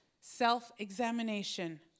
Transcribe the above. self-examination